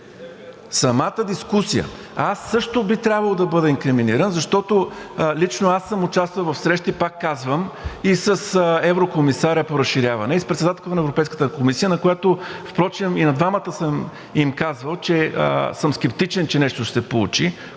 самата дискусия. Аз също би трябвало да бъда инкриминиран, защото лично аз съм участвал в срещи, пак казвам, и с еврокомисаря по разширяване, и с председателката на Европейската комисия. Впрочем и на двамата съм им казвал, че съм скептичен, че нещо ще се получи,